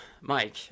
mike